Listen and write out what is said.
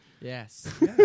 Yes